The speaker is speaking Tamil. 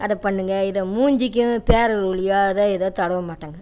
அதை பண்ணுங்கள் இதை மூஞ்சிக்கும் ஃபேரன்லவ்லியோ அதை இதை தடவமாட்டோங்க